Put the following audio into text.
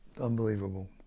unbelievable